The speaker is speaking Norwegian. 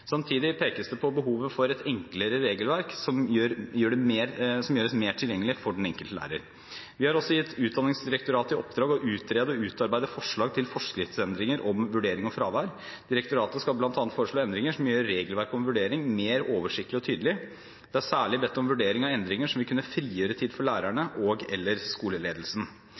Samtidig pekes det på behovet for et enklere regelverk som gjøres mer tilgjengelig for den enkelte lærer. Vi har også gitt Utdanningsdirektoratet i oppdrag å utrede og utarbeide forslag til forskriftsendringer om vurdering og fravær. Direktoratet skal bl.a. foreslå endringer som gjør regelverk for vurdering mer oversiktlig og tydelig. Det er særlig bedt om vurdering av endringer som vil kunne frigjøre tid for lærerne og/eller skoleledelsen.